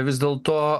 vis dėlto